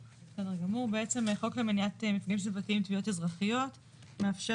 בעצם חוק למניעת מפגעים סביבתיים תביעות אזרחיות מאפשר